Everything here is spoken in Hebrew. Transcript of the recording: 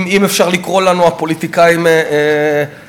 אם אפשר לקרוא לנו הפוליטיקאים "אליטה".